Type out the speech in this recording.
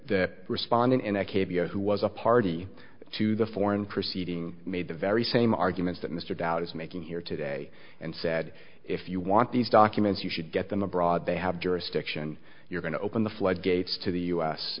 caveat who was a party to the foreign proceeding made the very same arguments that mr doubt is making here today and said if you want these documents you should get them abroad they have jurisdiction you're going to open the floodgates to the u s